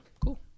cool